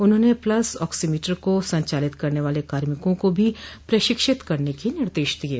उन्होंने pulse oximeter को संचालित करने वाले कार्मिकों को भी प्रशिक्षित करने के निर्देश दिये